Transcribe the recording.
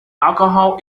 alcohol